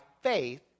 faith